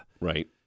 right